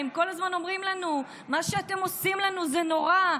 הם כל הזמן אומרים לנו: מה שאתם עושים לנו זה נורא.